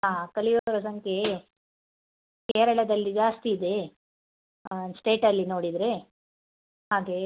ಹಾಂ ಕಲಿಯುವವರ ಸಂಖ್ಯೆ ಕೇರಳದಲ್ಲಿ ಜಾಸ್ತಿ ಇದೆ ಹಾಂ ಸ್ಟೇಟಲ್ಲಿ ನೋಡಿದರೆ ಹಾಗೇ